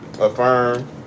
Affirm